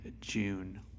June